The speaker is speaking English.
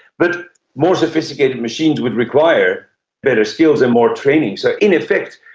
but more sophisticated machines would require better skills and more training so, in effect,